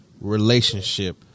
relationship